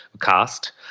cast